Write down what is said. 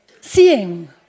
Seeing